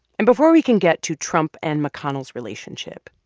and before we can get to trump and mcconnell's relationship,